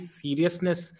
seriousness